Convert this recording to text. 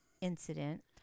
incident